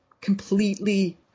completely